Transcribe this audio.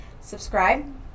subscribe